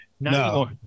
no